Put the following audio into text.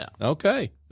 Okay